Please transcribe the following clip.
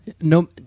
no